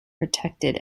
protected